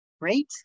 Great